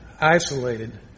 isolated